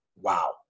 wow